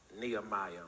Nehemiah